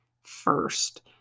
first